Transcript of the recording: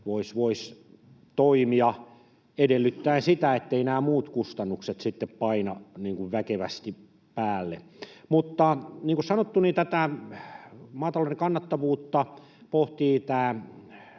voisi toimia edellyttäen sitä, etteivät nämä muut kustannukset sitten paina väkevästi päälle. Mutta niin kuin sanottu, tätä maatalouden kannattavuutta pohtii